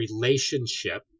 relationship